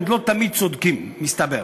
הם לא תמיד צודקים, מסתבר.